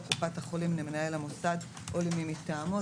קופת החולים למנהל המוסד או למי מטעמו".